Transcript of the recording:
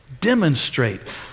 demonstrate